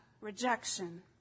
rejection